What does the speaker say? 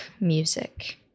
music